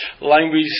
language